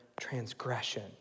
transgression